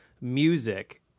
music